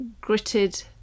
gritted